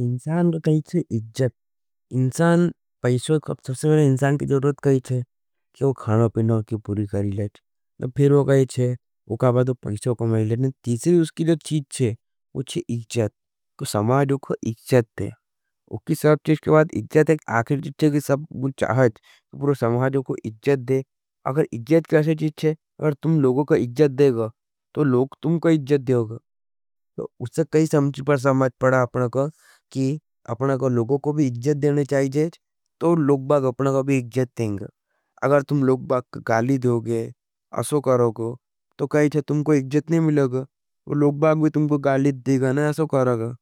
इन्सान को कही थी। इक्जट इन्सान, पैशों को सबसे वेरे इन्सान के ज़रूरत कही थे। कि वो खानों पिनों की पूरी सारी लेज़ और फिर वो कही थे। वो कहा बाद वो पैशों कमाई लेज़ और तीसरी उसकी लो चीज़ थे। वो छी इक्ज़ट को समाजों को इक्ज़द दे उसकी सब चीज़ के बाद इक्ज़द एक आखेर चीज़ थे। कि सब बुछा हज ज़रूर समाजों को इक्ज़द दे अगर इक्ज़द कैसे चीज़ थे। अगर तुम लोगों का इक्ज़द देगा तो लोग तुमका इक्ज़द देगा। तो उसका काई समझ पर समाज पड़ा। अपना का कि अपना का लोगों को भी इक्ज़द देने चाहिएच। तो लोग बाग अपना का भी इक्ज़द देंगा। अगर तुम लोग बाग का गाली देओगे, असो करोगा। तो काई च तुमका इक्ज़द नहीं मिलेगा। तो लोग बाग भी तुमका गाली देगा न असो करगा।